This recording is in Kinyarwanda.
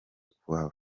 kuhava